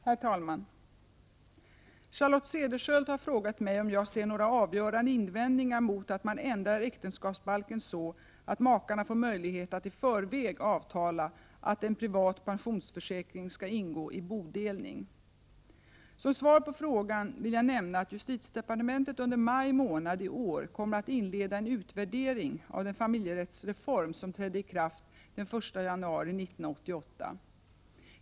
Herr talman! Charlotte Cederschiöld har frågat mig om jag ser några avgörande invändningar mot att man ändrar äktenskapsbalken, så att makarna får möjlighet att i förväg avtala att en privat pensionsförsäkring skall ingå i bodelning. Som svar på frågan vill jag nämna att justitiedepartementet under maj månad i år kommer att inleda en utvärdering av den familjerättsreform som trädde i kraft den 1 januari 1988.